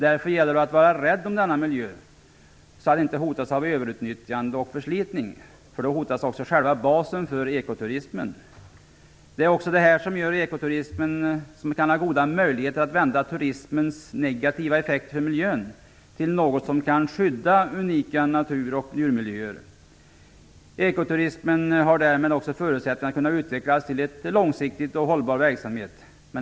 Därför gäller det att vara rädd om denna miljö, så att den inte hotas av överutnyttjande och förslitning. Då hotas också själva basen för ekoturismen. Det är också detta som gör att ekoturismen kan ha goda möjligheter att vända turismens negativa effekter för miljön till något som kan skydda unika naturoch djurmiljöer. Ekoturismen har därmed förutsättningar för att kunna utvecklas till en långsiktigt hållbar verksamhet.